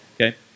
okay